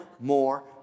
more